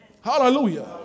Hallelujah